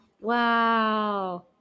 wow